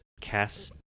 cast